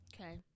Okay